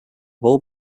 all